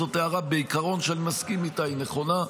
זאת הערה שאני בעיקרון מסכים איתה, היא נכונה.